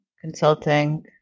consulting